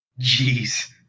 Jeez